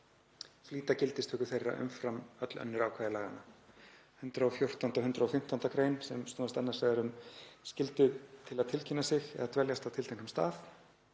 flýta gildistöku þeirra umfram öll önnur ákvæði laganna, að 114. og 115. gr., sem snúast annars vegar um skyldu til að tilkynna sig eða dveljast á tilteknum stað